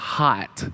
hot